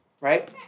Right